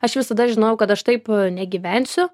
aš visada žinojau kad aš taip negyvensiu